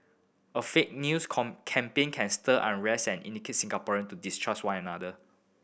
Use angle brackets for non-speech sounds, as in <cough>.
a fake news <unintelligible> campaign can stir unrest and incite Singaporean to distrust one another